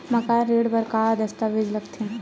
मकान ऋण बर का का दस्तावेज लगथे?